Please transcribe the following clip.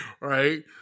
Right